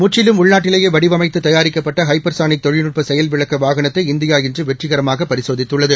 முற்றிலும் உள்நாட்டிலேயே வடிவமைத்து தயாரிக்கப்பட்ட ஹைப்பர்சாளிக் தொழில்நுட்ப செயல்விளக்க வாகனத்தை இந்தியா இன்று வெற்றிகரமாக பரிசோதித்துள்ளது